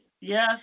Yes